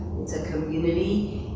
it's a community.